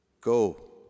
go